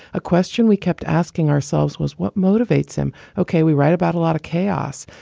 a question we kept asking ourselves was what motivates him? ok. we write about a lot of chaos.